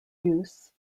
use